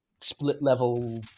split-level